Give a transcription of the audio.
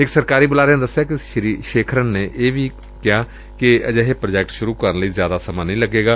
ਇਕ ਸਰਕਾਰੀ ਬੁਲਾਰੇ ਨੇ ਦਸਿਆ ਕਿ ਸ੍ਰੀ ਸ਼ੇਖਰਨ ਨੇ ਇਹ ਵੀ ਕਿਹਾ ਕਿ ਅਜਿਹੇ ਪ੍ਰਾਜੈਕਟ ਸੁਰੂ ਕਰਨ ਲਈ ਜਿਆਦਾ ਸਮਾਂ ਨਹੀਂ ਲੱਗੇਗਾ